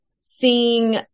seeing